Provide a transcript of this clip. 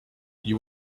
you